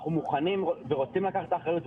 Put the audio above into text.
אנחנו מוכנים ורוצים לקחת את האחריות.